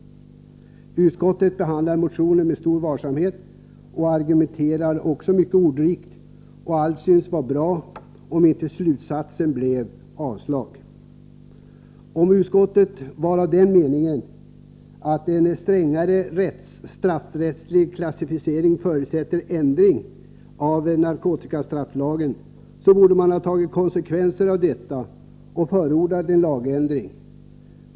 Utskottet behandlar motionen med stor varsamhet och argumenterar mycket ordrikt. Allt synes vara bra, men slutsatsen blir ett avstyrkande. Om utskottet är av den meningen att en strängare straffrättslig klassificering förutsätter ändring av narkotikastrafflagen, borde man ha tagit konsekvensen av detta och förordat en lagändring.